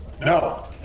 No